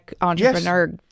Entrepreneur